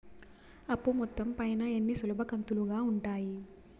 అప్పు మొత్తం పైన ఎన్ని సులభ కంతులుగా ఉంటాయి?